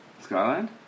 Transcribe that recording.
Skyland